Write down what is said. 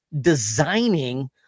designing